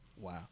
Wow